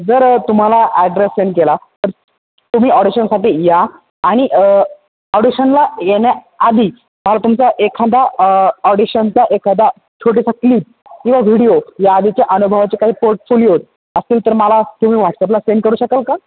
जर तुम्हाला address send केला तर तुम्ही ऑडिशनसाठी या आणि ऑडिशनला येण्या आधी तुमचा एखादा ऑडिशनचा एखादा छोटेसं क्लिप किंवा व्हिडिओ या आधीच्या अनुभवाचे काही पोर्टफोलिओ असतील तर मला तुम्ही व्हॉट्सॲपला सेंड करू शकाल का